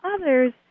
others